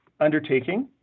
undertaking